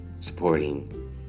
supporting